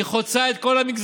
והיא חוצה את כל המגזרים,